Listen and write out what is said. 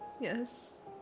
Yes